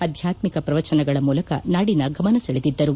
ಆದ್ಯಾತ್ಮಿಕ ಪ್ರವಚನಗಳ ಮೂಲಕ ನಾಡಿನ ಗಮನ ಸೆಳೆದಿದ್ದರು